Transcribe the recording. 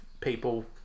people